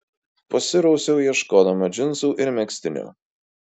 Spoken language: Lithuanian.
pasirausiau ieškodama džinsų ir megztinio